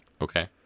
Okay